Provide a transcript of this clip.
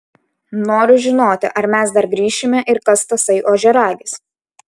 noriu žinoti ar mes dar grįšime ir kas tasai ožiaragis